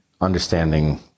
understanding